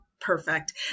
Perfect